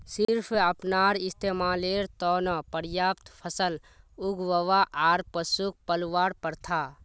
सिर्फ अपनार इस्तमालेर त न पर्याप्त फसल उगव्वा आर पशुक पलवार प्रथा